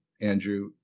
Andrew